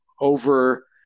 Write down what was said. over